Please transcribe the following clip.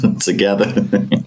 together